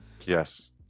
Yes